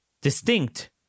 distinct